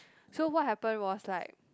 so what happen was like